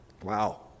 Wow